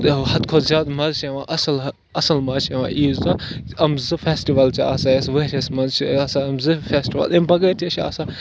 حدٕ کھۄت زیادٕ مَزٕ چھِ یِوان اَصٕل ہہ اَصٕل مَزٕ چھِ یِوان عیٖذ دۄہ یِم زٕ فٮ۪سٹِوَل چھِ آسان اَسہِ ؤہرِہس منٛز چھِ آسان یِم زٕ فٮ۪سٹِوَل اَمہِ بَغٲرۍ تہِ چھِ آسان